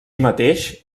mateix